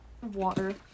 Water